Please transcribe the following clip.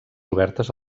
obertes